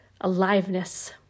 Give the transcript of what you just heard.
aliveness